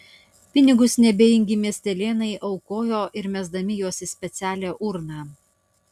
pinigus neabejingi miestelėnai aukojo ir mesdami juos į specialią urną